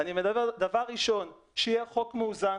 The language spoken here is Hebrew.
הראשון, שיהיה חוק מאוזן,